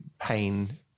pain